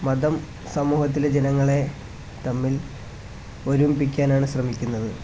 മതം സമൂഹത്തിലെ ജനങ്ങളെ തമ്മില് ഒരുമിപ്പിക്കാനാണ് ശ്രമിക്കുന്നത്